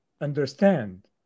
understand